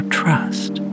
trust